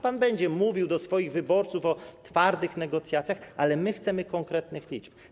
Pan będzie mówił do swoich wyborców o twardych negocjacjach, ale my chcemy konkretnych liczb.